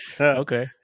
Okay